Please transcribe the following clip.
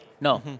No